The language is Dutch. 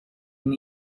een